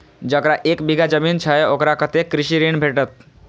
जकरा एक बिघा जमीन छै औकरा कतेक कृषि ऋण भेटत?